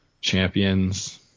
champions